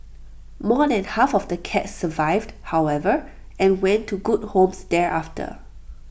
more than half of the cats survived however and went to good homes thereafter